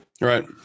right